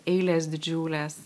eilės didžiulės